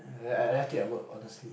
I I I left it at work honestly